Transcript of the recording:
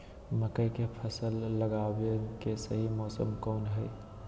मकई के फसल लगावे के सही मौसम कौन हाय?